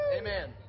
Amen